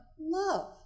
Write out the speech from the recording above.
love